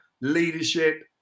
leadership